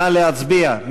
נא להצביע.